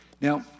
Now